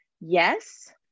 yes